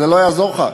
לא יעזור לך,